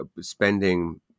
spending